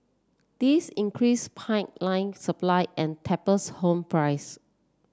this increase supply and tapers home price